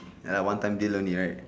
ya lah one time deal only right